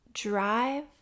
drive